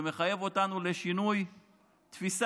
זה מחייב אותנו לשינוי תפיסה,